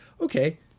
okay